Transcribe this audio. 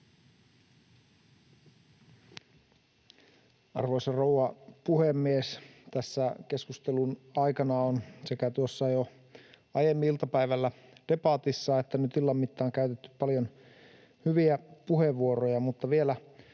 Arvoisa rouva puhemies! Tässä keskustelun aikana, sekä tuossa jo aiemmin iltapäivällä debatissa että nyt illan mittaan, on käytetty paljon hyviä puheenvuoroja, mutta vielä